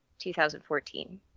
2014